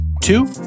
Two